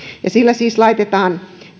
ja sillä siis laitetaan